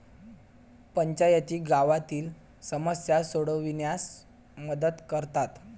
पंचायती गावातील समस्या सोडविण्यास मदत करतात